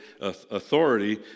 authority